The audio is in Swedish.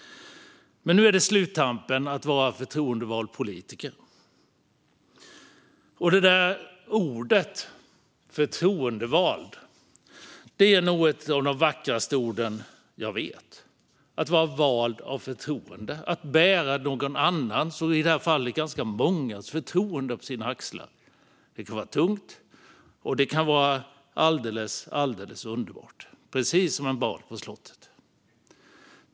Men nu är jag i sluttampen av att vara förtroendevald politiker. Det där ordet, "förtroendevald", är nog ett av de vackraste orden jag vet - att vara vald av förtroende och att bära någon annans, i det här fallet ganska mångas, förtroende på sina axlar. Det kan vara tungt, och det kan vara alldeles, alldeles underbart - precis som en bal på slottet.